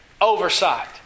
oversight